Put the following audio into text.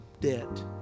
debt